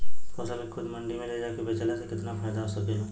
फसल के खुद मंडी में ले जाके बेचला से कितना फायदा हो सकेला?